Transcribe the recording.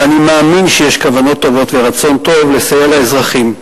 ואני מאמין שיש כוונות טובות ורצון טוב לסייע לאזרחים.